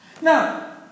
Now